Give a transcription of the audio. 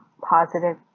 positive